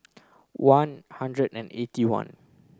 one hundred and eighty one